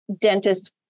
dentist